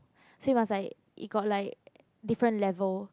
so you must like you got like different level